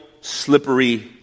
slippery